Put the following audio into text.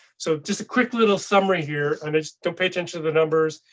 so just a quick little summary here and i just don't pay attention to the numbers,